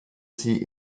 sie